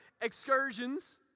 excursions